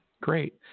great